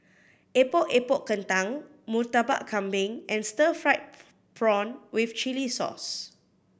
Epok Epok Kentang Murtabak Kambing and stir fried prawn with chili sauce